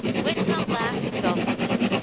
whitcomb laughed exultingly.